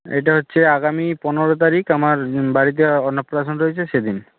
এটা হচ্ছে আগামী পনেরো তারিখ আমার বাড়িতে অন্নপ্রাশন রয়েছে সেদিন